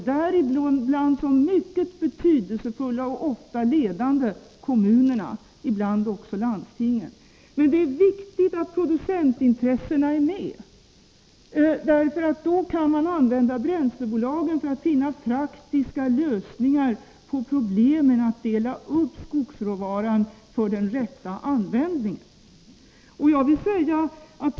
Däribland är kommunerna och ofta även landstingen mycket betydelsefulla och ofta ledande. Men det är viktigt att producentintressena är med. Då kan man använda bränslebolagen för att finna praktiska lösningar på problemen att dela upp skogsråvaran för den rätta användningen.